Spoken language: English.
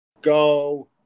Go